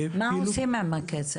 מה עושים עם הכסף?